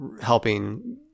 helping